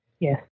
Yes